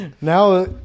Now